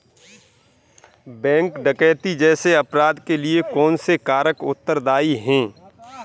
Bank डकैती जैसे अपराध के लिए कौन से कारक उत्तरदाई हैं?